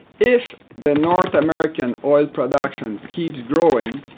if the north american oil production keeps growing,